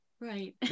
Right